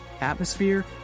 atmosphere